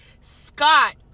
Scott